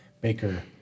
baker